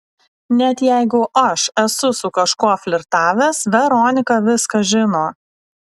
net jeigu aš esu su kažkuo flirtavęs veronika viską žino